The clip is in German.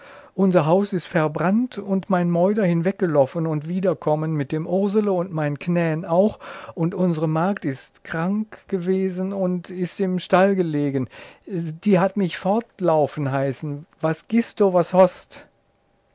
unser haus ist verbrannt und mein meuder hinweggeloffen und wieder kommen mit dem ursele und mein knän auch und unsre magd ist krank gewesen und ist im stall gelegen die hat mich fortlaufen heißen was gist do was host